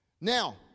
Now